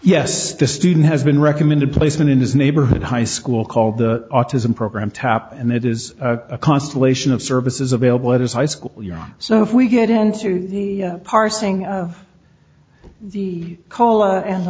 yes the student has been recommended placement in his neighborhood high school called the autism program tap and it is a constellation of services available at his high school yard so if we get into the parsing of the coal and the